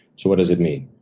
so what does it mean?